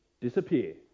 disappear